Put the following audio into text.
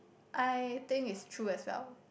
I think is true as well